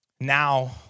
Now